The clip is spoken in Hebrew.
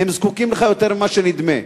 הם זקוקים לך יותר ממה שנדמה.